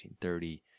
1930